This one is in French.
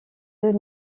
deux